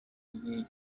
igihe